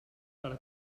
serà